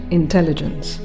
intelligence